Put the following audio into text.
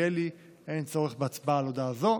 אין צורך בהצבעה על הודעה זו.